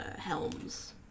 Helms